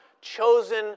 chosen